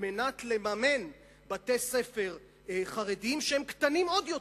מנת לממן בתי-ספר חרדיים שהם קטנים עוד יותר,